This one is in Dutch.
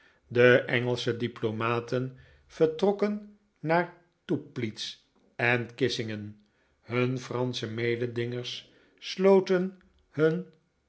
de engelsche diplomaten vertrokken naar toeplitz en kissingen hun fransche mededingers sloten hun